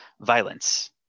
violence